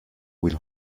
will